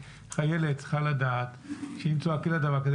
חיילת צריכה לדעת שאם צועקים לה דבר כזה,